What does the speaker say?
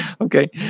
Okay